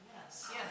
Yes